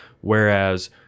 whereas